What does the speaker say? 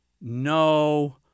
no